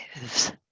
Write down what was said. lives